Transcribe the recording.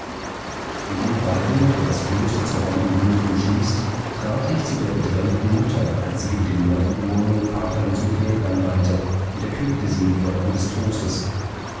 in dem walde der das kloster zur heiligen linde umschließt trat ich zu der bedrängten mutter als sie über dem neugebornen vaterlosen knäblein weinte und erquickte sie mit worten des trostes